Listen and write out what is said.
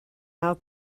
out